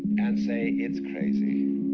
and say it's crazy